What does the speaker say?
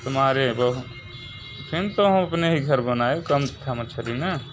तो मारे बहुत फिर तो हम अपने ही घर बनाए कम थी मछली ना